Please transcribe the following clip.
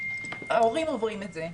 ההורים אומרים את זה.